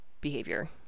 behavior